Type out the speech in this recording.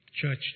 Church